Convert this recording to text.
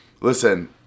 Listen